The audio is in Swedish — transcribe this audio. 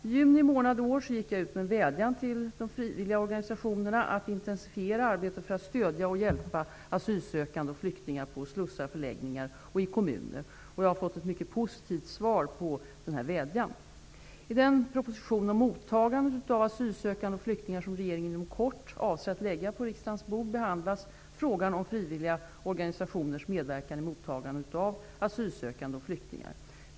I juni månad i år gick jag ut med en vädjan till de frivilliga organisationerna att intensifiera arbetet för att stödja och hjälpa asylsökande och flyktingar på slussar och förläggningar och i kommuner. Jag har fått ett mycket positivt svar på denna vädjan. I den proposition om mottagandet av asylsökande och flyktingar som regeringen inom kort avser att lägga på riksdagens bord behandlas frågan om frivilliga organisationers medverkan i mottagandet av asylsökande och flyktingar.